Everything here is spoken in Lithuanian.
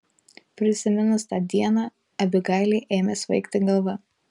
prisiminus tą dieną abigailei ėmė svaigti galva